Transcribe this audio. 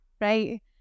right